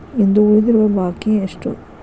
ಇಂದು ಉಳಿದಿರುವ ಬಾಕಿ ಎಷ್ಟು?